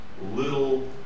little